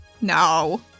No